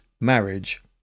marriage